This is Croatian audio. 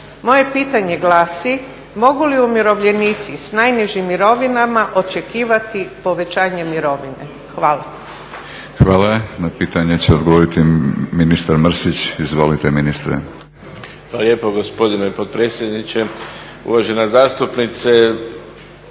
Moje pitanje glasi: Mogu li umirovljenici s najnižim mirovinama očekivati povećanje mirovine? Hvala. **Batinić, Milorad (HNS)** Hvala. Na pitanje će odgovoriti ministar Mrsić. Izvolite ministre. **Mrsić, Mirando (SDP)** Hvala lijepo gospodine potpredsjedniče. Uvažena zastupnice,